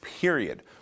period